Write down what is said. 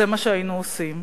זה מה שהיינו עושים.